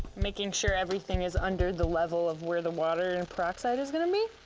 making sure everything is under the level of where the water and peroxide is going to be.